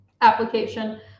application